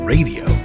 Radio